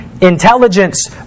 intelligence